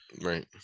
Right